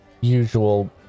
usual